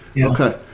Okay